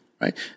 right